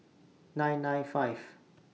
nine nine five